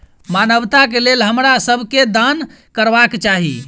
मानवता के लेल हमरा सब के दान करबाक चाही